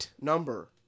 Number